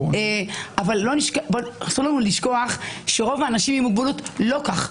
אסור לנו לשכוח שרוב האנשים עם מוגבלות לא כך,